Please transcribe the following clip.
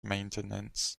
maintenance